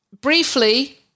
briefly